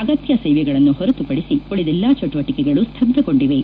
ಅಗತ್ಯ ಸೇವೆಗಳನ್ನು ಹೊರತುಪಡಿಸಿ ಉಳಿದೆಲ್ಲಾ ಚುಟುವಟಕೆಗಳು ಸೃಬ್ಬಗೊಂಡಿವೆ